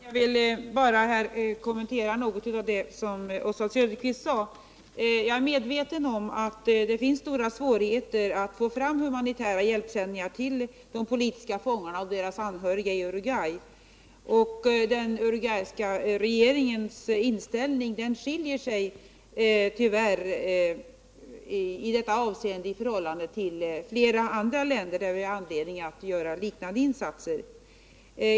Herr talman! Jag vill bara kommentera något av det Oswald Söderqvist sade. Jag är medveten om att det finns stora svårigheter att få fram humanitära hjälpsändningar till de politiska fångarna och deras anhöriga i Uruguay. Den uruguayska regeringens inställning skiljer sig tyvärr i detta avseende från andra länders där vi har anledning att göra liknande insatser.